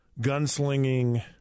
gunslinging